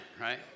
right